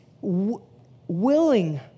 willing